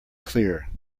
clear